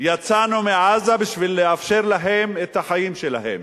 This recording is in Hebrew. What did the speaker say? יצאנו מעזה בשביל לאפשר להם את החיים שלהם.